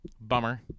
bummer